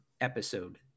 episode